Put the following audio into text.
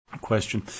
question